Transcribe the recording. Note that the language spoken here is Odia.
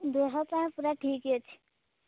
ଦେହ ପା ପୁରା ଠିକ୍ ଅଛି